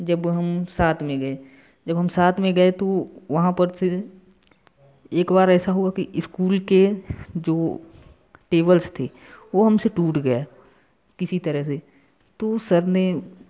जब हम सात में गए जब हम सात में गए तो वहाँ पर फिर एक बार ऐसा हुआ कि स्कूल के जो टेबल्स थे वो हम से टूट गया किसी तरह से तो सर ने